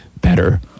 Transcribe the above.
better